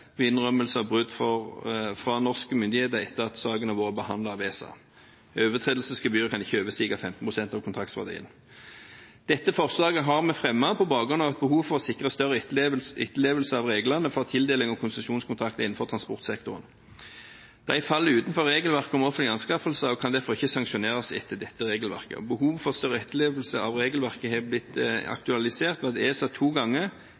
ved innrømmelse av brudd fra norske myndigheter etter at saken har vært behandlet av ESA. Overtredelsesgebyret kan ikke overstige 15 pst. av kontraktsverdien. Dette forslaget har vi fremmet på bakgrunn av et behov for å sikre større etterlevelse av reglene for tildeling av konsesjonskontrakt innenfor transportsektoren. De faller utenfor regelverket om offentlige anskaffelser og kan derfor ikke sanksjoneres etter dette regelverket. Behovet for større etterlevelse av regelverket har blitt aktualisert ved at ESA to ganger